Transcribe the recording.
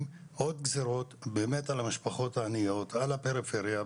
עוד גזרות על המשפחות העניות ועל הפריפריה,